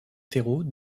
terreaux